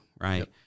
right